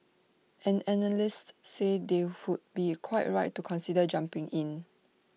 and analysts say they would be quite right to consider jumping in